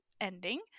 ending